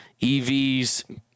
evs